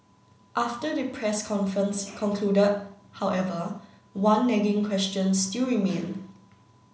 after the press conference concluded however one nagging question still remained